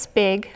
big